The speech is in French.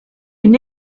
une